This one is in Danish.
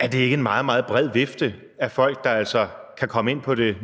Er det ikke en meget, meget bred vifte af folk, der altså nu kan komme ind på det